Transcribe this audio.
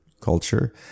culture